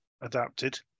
adapted